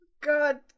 God